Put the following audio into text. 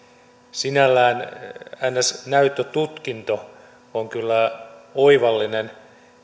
sinällään niin sanottu näyttötutkinto on kyllä oivallinen